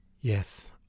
Yes